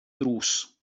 drws